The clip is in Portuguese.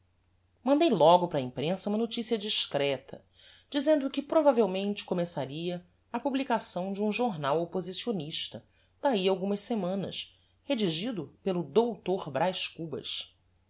mandei logo para a imprensa uma noticia discreta dizendo que provavelmente começaria a publicação de um jornal opposicionista dahi a algumas semanas redigido pelo dr braz cubas